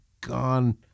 gone